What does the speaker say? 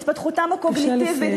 התפתחותם הקוגניטיבית,